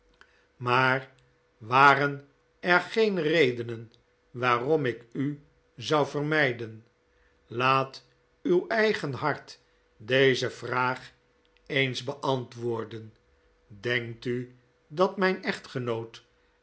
maar waren er geen redenen waarom ik u zou vermijden laat uw eigen hart deze vraag eens beantwoorden denkt u dat mijn echtgenoot